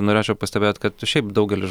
norėčiau pastebėt kad šiaip daugelis